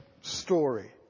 story